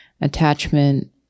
attachment